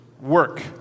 work